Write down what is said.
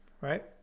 right